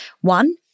One